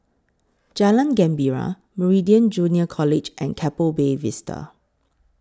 Jalan Gembira Meridian Junior College and Keppel Bay Vista